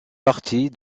partie